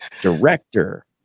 director